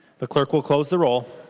the clerk will close the roll.